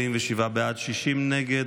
בעד, 60 נגד.